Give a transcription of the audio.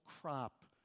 crop